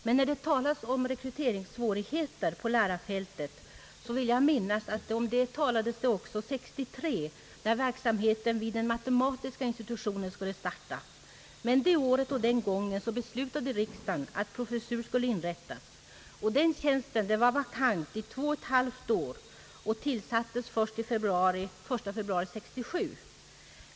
Men när det nu talas om rekryteringssvårigheter på lärarfältet, vill jag minnas att det talades om detta också 1963, när verksamheten vid matematiska institutionen skulle starta. Men den gången beslöt riksdagen att en professur skulle inrättas. Den tjänsten var vakant i två och ett halvt år och tillsattes först den 1 februari 1967.